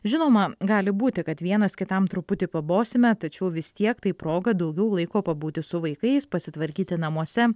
žinoma gali būti kad vienas kitam truputį pabosime tačiau vis tiek tai proga daugiau laiko pabūti su vaikais pasitvarkyti namuose